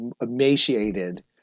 emaciated